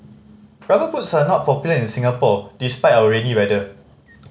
Rubber Boots are not popular in Singapore despite our rainy weather